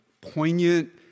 poignant